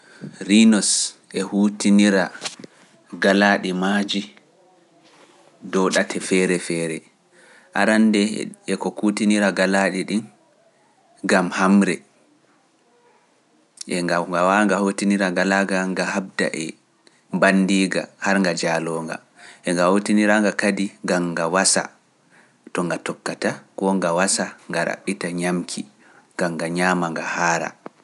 Rinus e huutinira gala ɗi maaji dow ɗate feere feere, arannde e ko huutinira gala ɗi ɗin, gam hamre, e ngawa nga huutinira gala nga habda e bandi nga, hara nga jalo nga, e nga huutinira nga kadi nga wasa, to nga tokkata, ko nga wasa nga raɓita ñamki, nga ñama nga haara.